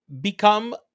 become